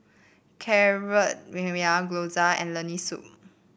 Carrot Gyoza and Lentil Soup